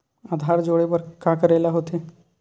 आधार जोड़े बर का करे ला होथे?